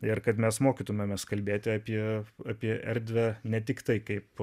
ir kad mes mokytumėmės kalbėti apie apie erdvę ne tiktai kaip